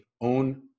own